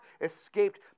escaped